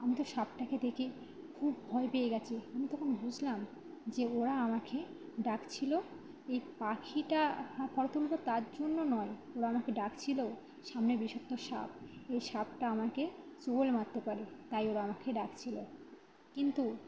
আমি তো সাপটাকে দেখ খুব ভয় পেয়ে গিয়েছি আমি তখন বুঝলাম যে ওরা আমাকে ডাকছিল এই পাখিটার ফোটো তুলব তার জন্য নয় ওরা আমাকে ডাকছিল সামনে বিষাক্ত সাপ এই সাপটা আমাকে ছোবল মারতে পারে তাই ওরা আমাকে ডাকছিল কিন্তু